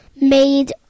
made